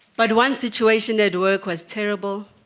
but one situation network was terrible